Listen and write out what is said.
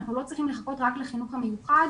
אנחנו לא צריכים לחכות רק לחינוך המיוחד,